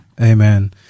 Amen